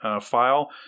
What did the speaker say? file